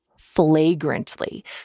flagrantly